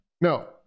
no